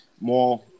more